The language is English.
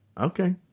Okay